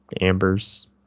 ambers